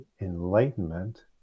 Enlightenment